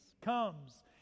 comes